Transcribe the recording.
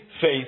faith